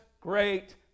great